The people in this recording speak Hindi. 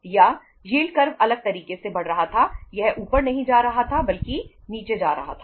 या यील्ड कर्व अलग तरीके से बढ़ रहा था यह ऊपर नहीं जा रहा था बल्कि नीचे जा रहा था